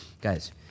guys